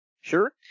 Sure